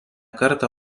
kartą